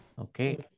Okay